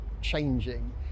changing